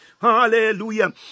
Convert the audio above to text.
Hallelujah